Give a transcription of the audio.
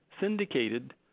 syndicated